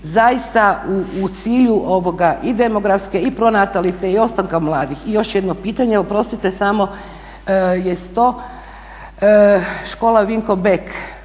zaista u cilju i demografske i pronatalitetne i ostanka mladih. I još jedno pitanje, oprostite samo jest to, škola Vinko Bek,